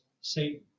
Satan